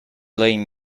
blame